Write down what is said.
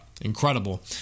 Incredible